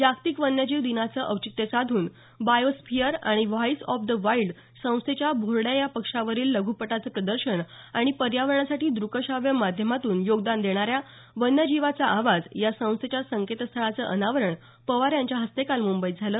जागतिक वन्यजीव दिनाचं औचित्य साधून बायो स्फिअर आणि व्हाईस ऑफ द वाईल्ड संस्थेच्या भोरड्या या पक्षावरील लघ्पटाचं प्रदर्शन आणि पर्यावरणासाठी द्रक श्राव्य माध्यमातून योगदान देणाऱ्या वन्यजीवांचा आवाज या संस्थेच्या संकेतस्थळाचं अनावरण पवार यांच्या हस्ते काल मुंबईत झालं